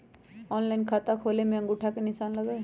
Online खाता खोले में अंगूठा के निशान लगहई?